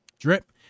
Drip